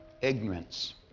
Ignorance